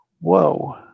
whoa